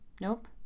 Nope